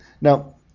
Now